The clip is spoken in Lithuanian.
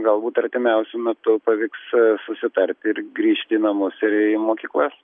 galbūt artimiausiu metu paviks susitarti ir grįžti į namus ir į mokyklas